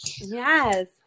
yes